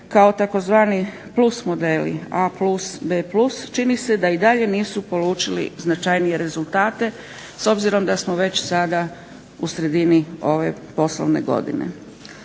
kao tzv. plus modeli, A+, B+ čini se da i dalje nisu polučili značajnije rezultate s obzirom da smo već sada u sredini ove poslovne godine.